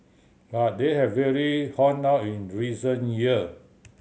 but they have really honed up in recent year